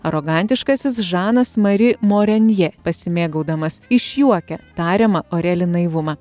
arogantiškasis žanas mari morenjė pasimėgaudamas išjuokia tariamą oreli naivumą